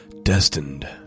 Destined